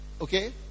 Okay